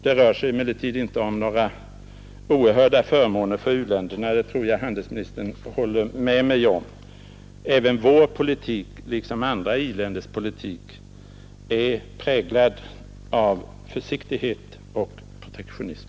Det rör sig emellertid inte om några oerhörda förmåner för u-länderna, det tror jag handelsministern håller med mig om. Även vår politik, liksom andra industriländers politik, är präglad av försiktighet och protektionism.